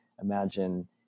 imagine